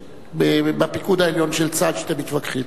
הוא מחויב לענות מה שהוא מאמין.